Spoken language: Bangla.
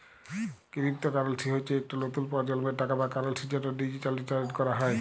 কিরিপতো কারেলসি হচ্যে ইকট লতুল পরজলমের টাকা বা কারেলসি যেট ডিজিটালি টেরেড ক্যরা হয়